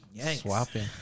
Swapping